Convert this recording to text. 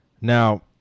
now